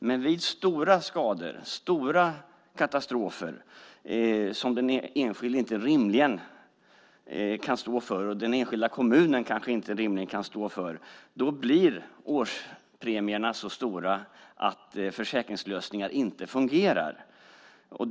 Men vid stora skador, stora katastrofer som den enskilde inte rimligen kan stå för och som den enskilda kommunen kanske inte rimligen kan stå för, blir årspremierna så stora att försäkringslösningar inte fungerar.